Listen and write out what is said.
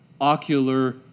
ocular